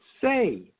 say